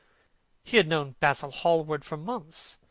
he had known basil hallward for months,